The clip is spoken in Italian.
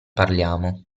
parliamo